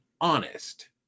honest